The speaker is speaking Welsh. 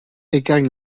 ugain